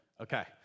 Okay